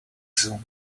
zoom